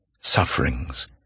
sufferings